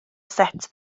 set